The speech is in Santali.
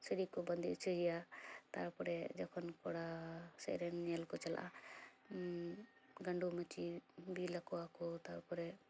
ᱥᱟᱹᱲᱤ ᱠᱚ ᱵᱟᱸᱫᱮ ᱚᱪᱚᱭᱮᱭᱟ ᱛᱟᱨᱯᱚᱨᱮ ᱡᱚᱠᱷᱚᱱ ᱠᱚᱲᱟ ᱥᱮᱡ ᱨᱮᱱ ᱧᱮᱞ ᱠᱚ ᱪᱟᱞᱟᱜᱼᱟ ᱜᱟᱰᱚ ᱢᱟᱹᱪᱤ ᱵᱤᱞ ᱟᱠᱚᱣᱟ ᱠᱚ ᱛᱟᱨᱯᱚᱨᱮ